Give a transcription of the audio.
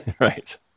Right